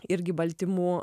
irgi baltymų